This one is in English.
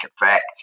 effect